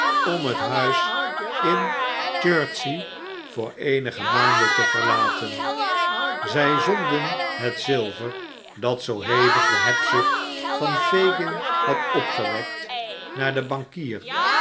om het huis in chertsey voor eenige maanden te verlaten zij zonden het zilver dat zoo hevig de hebzucht van fagin had opgewekt naar den bankier